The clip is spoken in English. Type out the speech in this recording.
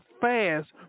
fast